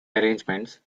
arrangements